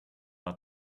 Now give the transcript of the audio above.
are